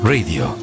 Radio